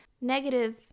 negative